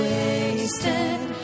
wasted